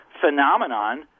phenomenon